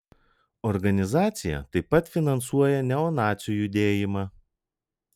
organizacija taip pat finansuoja neonacių judėjimą